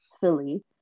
Philly